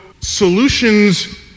solutions